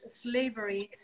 slavery